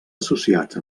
associats